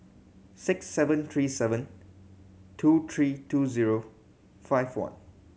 six seven three seven two three two zero five one